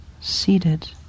seated